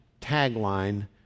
tagline